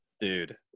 dude